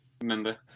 remember